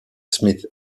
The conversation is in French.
smith